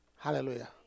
Hallelujah